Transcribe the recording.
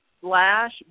slash